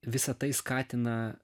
visa tai skatina